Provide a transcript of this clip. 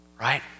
Right